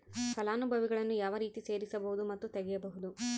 ಫಲಾನುಭವಿಗಳನ್ನು ಯಾವ ರೇತಿ ಸೇರಿಸಬಹುದು ಮತ್ತು ತೆಗೆಯಬಹುದು?